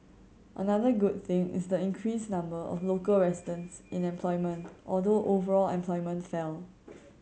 another good thing is the increased number of local residents in employment although overall employment fell